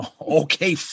Okay